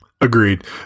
Agreed